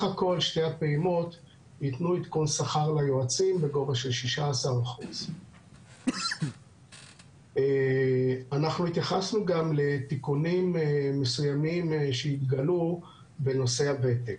הכול שתי הפעימות ייתנו עדכון שכר ליועצים בגובה של 16%. אנחנו התייחסנו גם לתיקונים מסוימים שהתגלו בנושא הוותק.